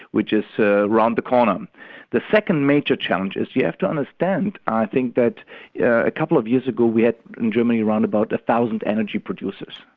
which is round the corner. um the second major challenge is you have to understand, i think, that yeah a couple of years ago, we had in germany round about a thousand energy producers.